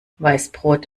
weißbrot